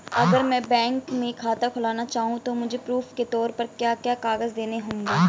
अगर मैं बैंक में खाता खुलाना चाहूं तो मुझे प्रूफ़ के तौर पर क्या क्या कागज़ देने होंगे?